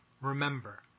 Remember